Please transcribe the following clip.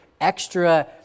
extra